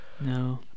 No